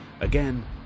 Again